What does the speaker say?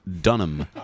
Dunham